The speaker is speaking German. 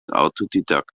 autodidakt